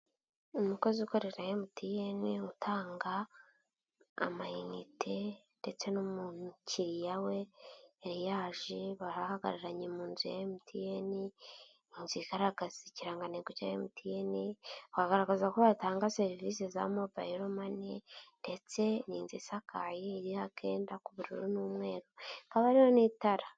Umukozi ukorera MTN, utanga amayinite ndetse n'umukiriya we yari yaje, bahagararanye mu nzu ya MTN, inzu igaragaza ikirangantego cya MTN, bagaragaza ko yatanga serivisi za Mobilele Money ndetse ni inzu isakakeye iriho akenda k'ubururu n'umweru, hakaba hariho n'itara.